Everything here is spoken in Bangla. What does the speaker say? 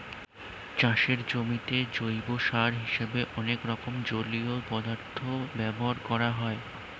চাষের জমিতে জৈব সার হিসেবে অনেক রকম জলীয় পদার্থ ব্যবহার করা হয়